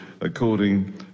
according